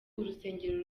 urusengero